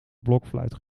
blokfluit